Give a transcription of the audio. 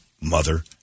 mother